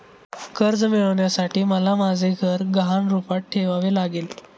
कर्ज मिळवण्यासाठी मला माझे घर गहाण रूपात ठेवावे लागले